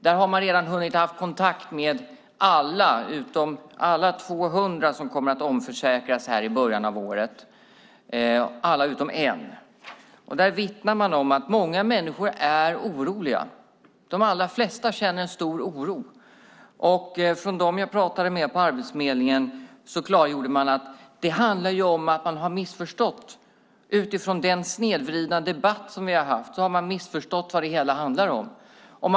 Där har man redan hunnit ha kontakt med alla 200, utom en, som kommer att omförsäkras i början av året. Där vittnar man om att många människor är oroliga. De allra flesta känner en stor oro. De som jag pratade med på Arbetsförmedlingen klargjorde att det handlar om att människor utifrån den snedvridna debatt som vi har haft har missförstått vad det hela handlar om.